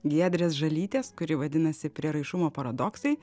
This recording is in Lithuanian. giedrės žalytės kuri vadinasi prieraišumo paradoksai